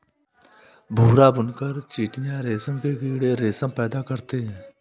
भूरा बुनकर चीटियां रेशम के कीड़े रेशम पैदा करते हैं